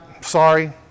Sorry